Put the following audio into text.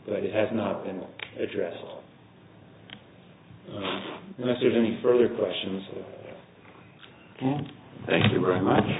that has not been addressed and if there's any further questions thank you very much